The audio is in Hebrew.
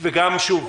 וגם שוב,